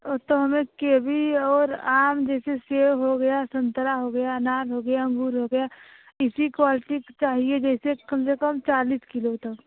वह तो में केबी और आम जैसे सेब हो गया संतरा हो गया अनार हो गया अंगूर हो गया इसी क्वालिटी का चाहिए जैसे कम से कम चालीस किलो तक